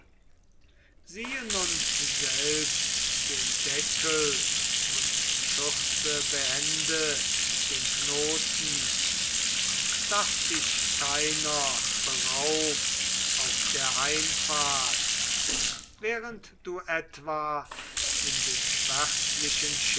siehe nun selbst den deckel und schürze behende den knoten daß dich keiner beraub auf der heimfahrt während du etwa in dem